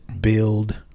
build